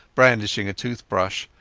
brandishing a toothbrush.